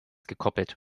gekoppelt